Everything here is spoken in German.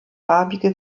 farbige